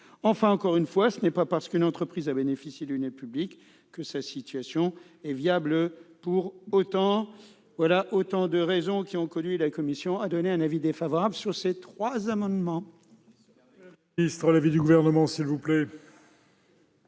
Enfin, encore une fois, ce n'est pas parce qu'une entreprise a bénéficié d'une aide publique que sa situation est viable pour autant. Telles sont les raisons qui ont conduit la commission des affaires sociales à émettre un avis défavorable sur ces trois amendements.